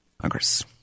Congress